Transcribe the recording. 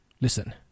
Listen